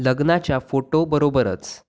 लग्नाच्या फोटोबरोबरच